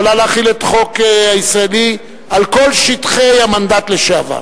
יכולה להחיל את החוק הישראלי על כל שטחי המנדט לשעבר.